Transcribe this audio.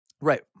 right